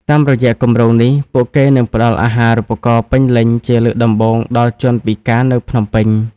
តាមរយៈគម្រោងនេះ ពួកគេនឹងផ្តល់អាហារូបករណ៍ពេញលេញជាលើកដំបូងដល់ជនពិការនៅភ្នំពេញ។